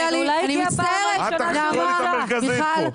נצטרך יחד אתכם,